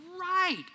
right